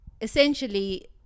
Essentially